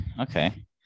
okay